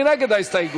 מי נגד ההסתייגות?